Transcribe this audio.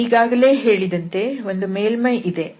ನಾನು ಈಗಾಗಲೇ ಹೇಳಿದಂತೆ ಒಂದು ಮೇಲ್ಮೈ ಇದೆ